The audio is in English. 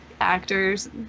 actors